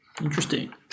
Interesting